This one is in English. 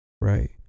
right